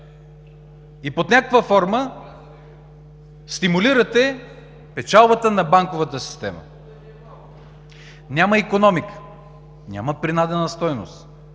и под някаква форма стимулирате печалбата на банковата система. Няма икономика, няма принадена стойност.